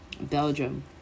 Belgium